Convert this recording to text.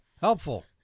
Helpful